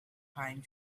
pine